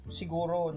siguro